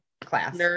class